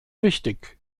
wichtig